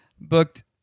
booked